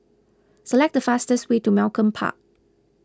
select the fastest way to Malcolm Park